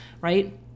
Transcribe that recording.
right